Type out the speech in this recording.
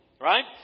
right